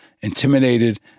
intimidated